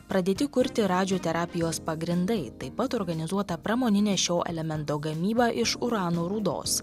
pradėti kurti radžio terapijos pagrindai taip pat organizuota pramoninė šio elemento gamyba iš urano rūdos